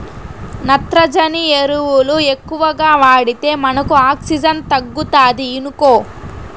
నత్రజని ఎరువులు ఎక్కువగా వాడితే మనకు ఆక్సిజన్ తగ్గుతాది ఇనుకో